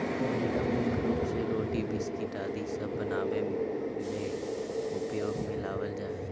मैदा मुख्य रूप से रोटी, बिस्किट आदि सब बनावे ले उपयोग मे लावल जा हय